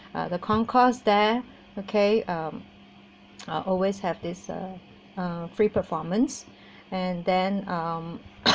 uh the concourse there okay um uh always have this uh uh free performance and then um